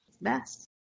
Best